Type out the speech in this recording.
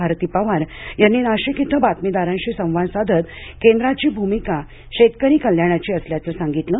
भारती पवार यांनी नाशिक इथं बातमीदारांशी संवाद साधत केंद्राची भूमिका शेतकरी कल्याणाची असल्याचं सांगितलं